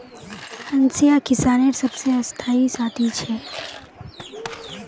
हंसिया किसानेर सबसे स्थाई साथी छे